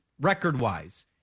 record-wise